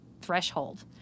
threshold